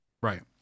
Right